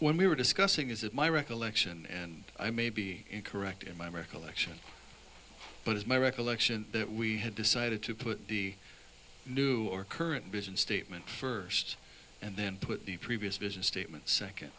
when we were discussing is it my recollection and i may be correct in my recollection but it's my recollection that we had decided to put the new or current business statement first and then put the previous business statement second